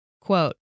Quote